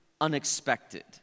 unexpected